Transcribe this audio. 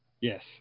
Yes